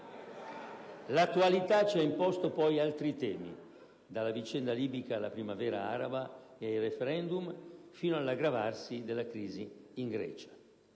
L'attualità ci ha imposto poi altri temi, dalla vicenda libica alla primavera araba, dal *referendum* fino all'aggravarsi della crisi in Grecia.